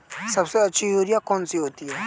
सबसे अच्छी यूरिया कौन सी होती है?